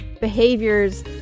behaviors